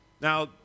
Now